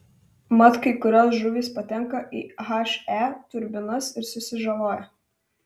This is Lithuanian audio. mat kai kurios žuvys patenka į he turbinas ir susižaloja